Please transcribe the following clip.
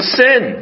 sin